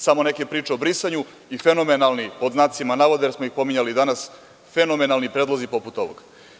Samo neke priče o brisanju i „fenomenalni“, pod znacima navoda, jer smo ih pominjali danas, „fenomenalni predlozi“ poput ovog.